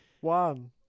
one